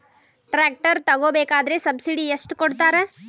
Tractor ತಗೋಬೇಕಾದ್ರೆ subsidy ಎಷ್ಟು ಕೊಡ್ತಾರ?